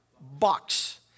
box